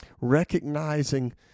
recognizing